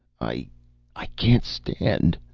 i i can't stand,